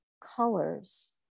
colors